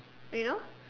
you know